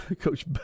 Coach